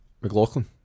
McLaughlin